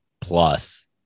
plus